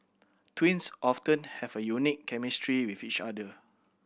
twins often have a unique chemistry with each other